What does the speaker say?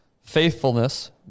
faithfulness